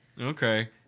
Okay